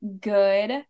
good